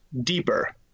deeper